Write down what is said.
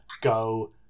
go